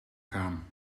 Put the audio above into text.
gaan